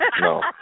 no